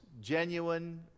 genuine